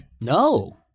No